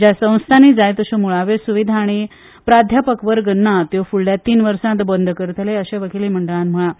ज्या संस्थानी जाय तशो मुळाव्यो सुविधा आनी प्राध्यापकवर्ग ना त्यो फूडल्या तीन वर्सात बंद करतले अशेय वकीली मंडळान म्हळा